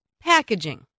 packaging